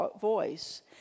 voice